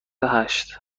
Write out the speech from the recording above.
هشت